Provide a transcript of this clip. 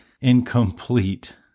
incomplete